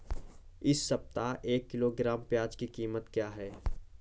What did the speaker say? इस सप्ताह एक किलोग्राम प्याज की कीमत क्या है?